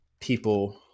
people